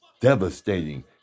devastating